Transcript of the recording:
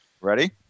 Ready